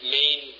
main